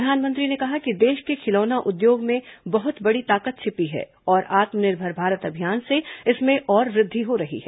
प्रधानमंत्री ने कहा कि देश के खिलौना उद्योग में बहुत बड़ी ताकत छिपी है और आत्मनिर्भर भारत अभियान से इसमें और वृद्धि हो रही है